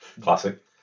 classic